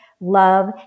love